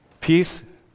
Peace